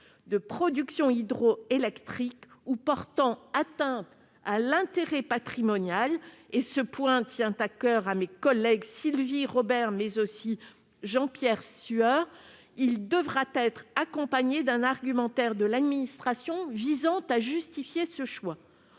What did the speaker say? de production hydroélectriques ou portant atteinte à l'intérêt patrimonial- ce point tient particulièrement à coeur à mes collègues Sylvie Robert et Jean-Pierre Sueur -devra-t-elle être accompagnée d'un argumentaire de l'administration visant à justifier ce choix.